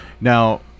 Now